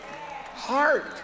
heart